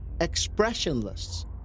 expressionless